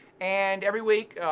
and every week,